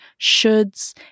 shoulds